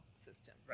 system